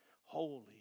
holy